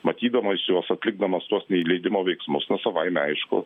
matydamas juos atlikdamas tuos neįleidimo veiksmus na savaime aišku